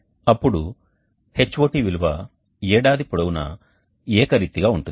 అప్పుడు Hot విలువ ఏడాది పొడవునా ఏకరీతిగా ఉంటుంది